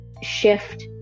shift